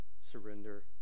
Surrender